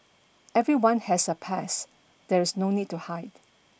everyone has a past there is no need to hide